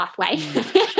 pathway